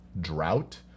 drought